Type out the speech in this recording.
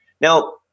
Now